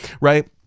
right